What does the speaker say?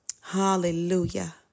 hallelujah